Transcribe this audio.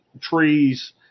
trees